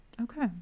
okay